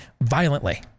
violently